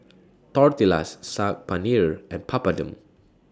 Tortillas Saag Paneer and Papadum